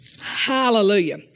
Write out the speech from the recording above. Hallelujah